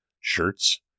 shirts